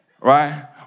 Right